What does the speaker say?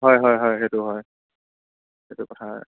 হয় হয় হয় সেইটো হয় সেইটো কথা হয়